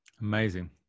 amazing